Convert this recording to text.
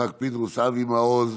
יצחק פינדרוס, אבי מעוז,